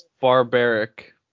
barbaric